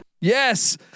Yes